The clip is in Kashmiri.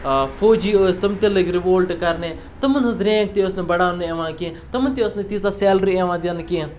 فوجی ٲسۍ تِم تہِ لٔگۍ رِوولٹہٕ کَرنہِ تمَن ہٕنٛز رینٛک تہِ ٲسۍ نہٕ بَڑاونہٕ یِوان کینٛہہ تِمَن تہِ ٲس نہٕ تیٖژاہ سیلرِی یِوان دِنہٕ کینٛہہ